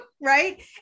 Right